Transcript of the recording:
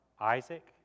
Isaac